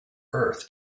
earth